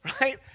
right